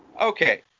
okay